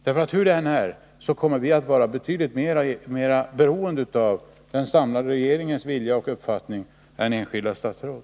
Hur det än förhåller sig kommer vi att vara betydligt mer beroende av den samlade regeringens vilja och uppfattning än av enskilda statsråd.